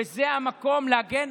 וזה המקום להגן.